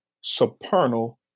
supernal